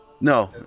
No